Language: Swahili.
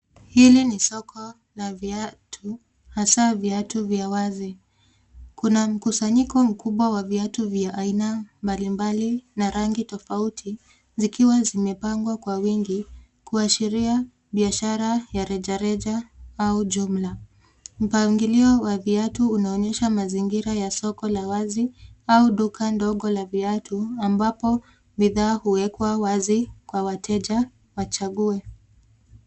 Hili ni soko la viatu hasa viatu vya wazi. Kuna mkusanyiko mkubwa wa viatu vya aina mbalimbali na rangi tofauti zikiwa zimepangwa kwa wingi kuashiria biashara ya rejareja au jumla. Mpangilio wa viatu unaonyesha mazingira ya soko la wazi au duka ndogo la viatu ambapo bidhaa huwekwa wazi kwa wateja wachague.